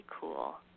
cool